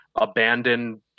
abandoned